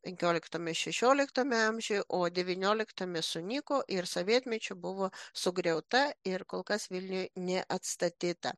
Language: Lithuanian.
penkioliktame šešioliktame amžiuje o devybioliktame sunyko ir sovietmečiu buvo sugriauta ir kol kas vilniuje neatstatyta